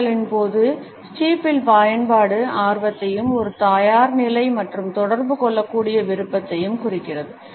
உரையாடலின் போது ஸ்டீப்பிள் பயன்பாடு ஆர்வத்தையும் ஒரு தயார்நிலை மற்றும் தொடர்பு கொள்ளக்கூடிய விருப்பத்தையும் குறிக்கிறது